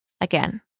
again